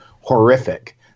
horrific